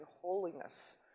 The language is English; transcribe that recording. holiness